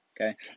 Okay